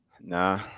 Nah